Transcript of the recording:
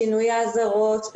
שינויי אזהרות,